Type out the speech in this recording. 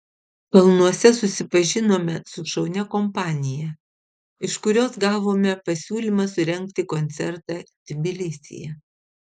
kalnuose susipažinome su šaunia kompanija iš kurios gavome pasiūlymą surengti koncertą tbilisyje